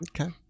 Okay